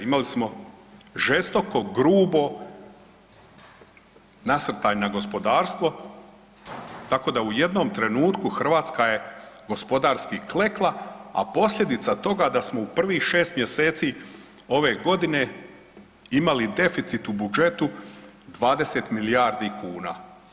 Imali smo žestoko, grubo nasrtanje na gospodarstvo tako da u jednom trenutku Hrvatska je gospodarski kleknula, a posljedica toga da smo u prvih 6 mjeseci ove godine imali deficit u budžetu 20 milijardi kuna.